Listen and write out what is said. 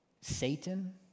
Satan